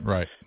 Right